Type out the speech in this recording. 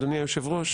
אדוני היושב-ראש